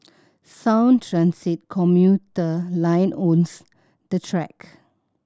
sound Transit commuter line owns the track